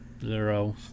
zero